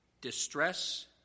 distress